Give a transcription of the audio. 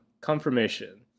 confirmation